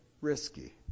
risky